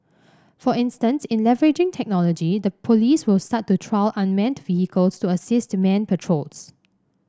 for instance in leveraging technology the police will start to trial unmanned vehicles to assist manned patrols